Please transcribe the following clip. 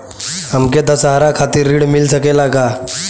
हमके दशहारा खातिर ऋण मिल सकेला का?